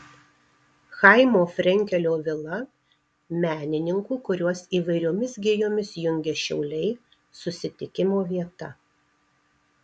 chaimo frenkelio vila menininkų kuriuos įvairiomis gijomis jungia šiauliai susitikimo vieta